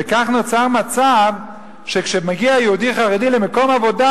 וכך נוצר מצב שכשמגיע יהודי חרדי למקום עבודה,